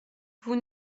vous